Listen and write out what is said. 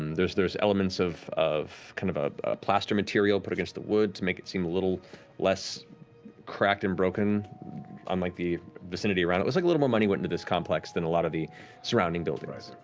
um there's there's elements of of kind of ah a plaster material put against the wood to make it seem a little less cracked and broken on like the vicinity around it. it looks like a little more money went into this complex than a lot of the surrounding buildings.